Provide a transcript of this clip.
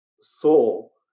soul